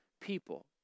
people